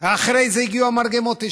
אחרי זה הגיעו המרגמות,